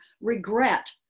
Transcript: regret